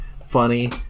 funny